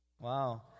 Wow